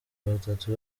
batatu